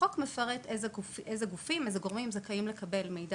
החוק מפרט אילו גופים וגורמים זכאים לקבל מידע